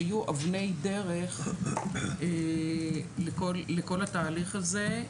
שיהיו אבני דרך לכל התהליך הזה.